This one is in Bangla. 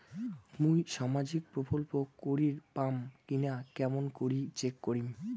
মুই সামাজিক প্রকল্প করির পাম কিনা কেমন করি চেক করিম?